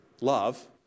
love